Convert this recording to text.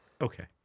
okay